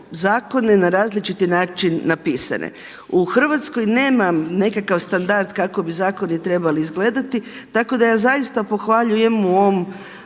zakone na različiti način napisane. U Hrvatskoj nema nekakav standard kako bi zakoni trebali izgledati, tako da ja zaista pohvaljujem u ovom